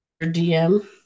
DM